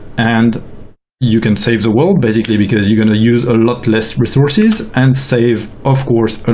and you can save the world, basically, because you're going to use a lot less resources and save, of course, but